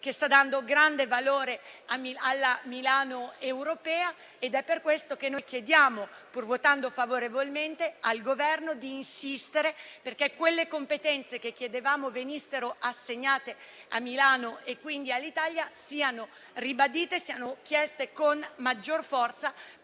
che sta dando grande valore alla Milano europea. Ed è per questo che noi chiediamo, pur votando favorevolmente al Governo, di insistere affinché quelle competenze che chiedevamo venissero assegnate a Milano, e quindi all'Italia, siano ribadite e chieste con maggior forza